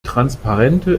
transparente